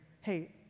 hey